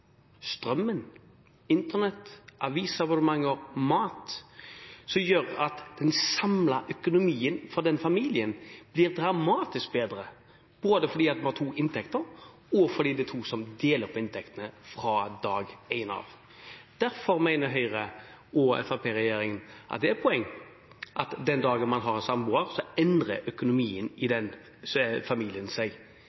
strømmen, Internett, avisabonnement og mat, som gjør at den samlede økonomien for den familien blir dramatisk bedre, både fordi man har to inntekter, og fordi det er to som deler inntektene fra dag én. Derfor mener Høyre–Fremskrittsparti-regjeringen at det er et poeng at den dagen man har samboer, endrer økonomien seg i den familien,